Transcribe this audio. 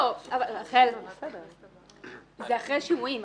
זה אחרי שימועים.